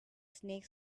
snake